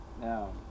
No